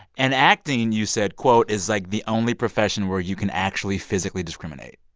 and acting, you said, quote, is, like, the only profession where you can actually physically discriminate.